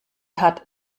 hat